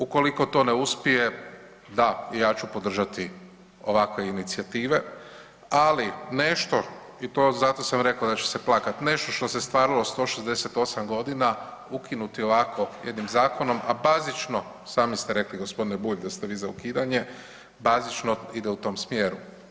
Ukoliko to ne uspije, da i ja ću podržati ovakve inicijative, ali nešto i to zato sam rekao da će se plakat, nešto što se stvaralo 168 godina ukinuti ovako jednim zakonom, a bazično sami ste rekli gospodine Bulj da ste vi za ukidanje, bazično ide u tom smjeru.